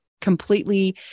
completely